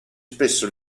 spesso